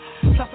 Plus